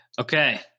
Okay